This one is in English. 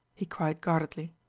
he cried guardedly.